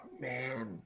man